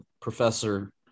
professor